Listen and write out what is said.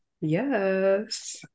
Yes